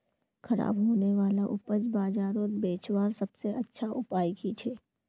ख़राब होने वाला उपज बजारोत बेचावार सबसे अच्छा उपाय कि छे?